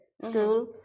school